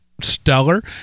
stellar